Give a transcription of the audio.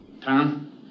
Tom